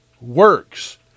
works